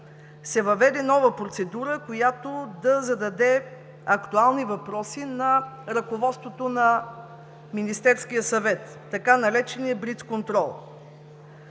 се въведе нова процедура, която да зададе актуални въпроси на ръководството на Министерския съвет – така нареченият „блицконтрол“.